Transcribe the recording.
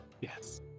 Yes